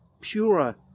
purer